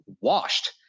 washed